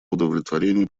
удовлетворению